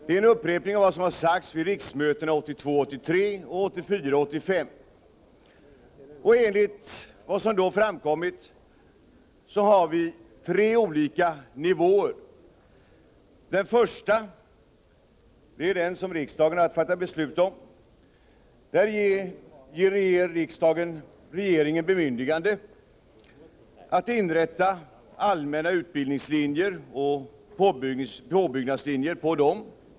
Det är en upprepning av vad som har sagts vid riksmötena 1982 85. Enligt vad som då framkom finns det tre olika nivåer. Den första nivån är den som riksdagen har att fatta beslut om. Där ger riksdagen regeringen bemyndigande att inrätta allmänna utbildningslinjer och påbyggnadslinjer till dem.